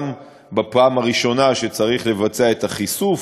גם בפעם הראשונה שצריך לבצע את החישוף,